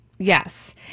Yes